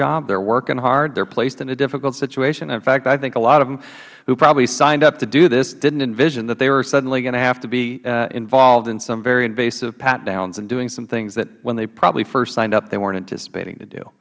job they are working hard they are placed in a difficult situation in fact i think a lot of them who probably signed up to do this didn't envision that they were suddenly going to have to be involved in some very invasive pat downs and doing some things that when they probably first signed up they weren't anticipating to do